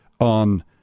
on